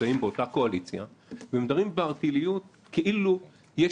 נמצאים באותה קואליציה ומדברים בערטילאיות כאילו יש